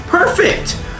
Perfect